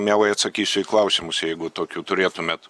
mielai atsakysiu į klausimus jeigu tokių turėtumėt